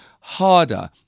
harder